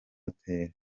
hotel